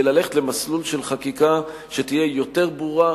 כדי ללכת למסלול של חקיקה שתהיה יותר ברורה,